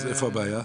אז איפה הבעיה?